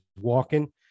walking